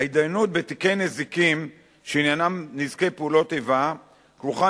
ההתדיינות בתיקי נזיקין שעניינם נזקי פעולות איבה כרוכה